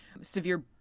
severe